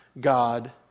God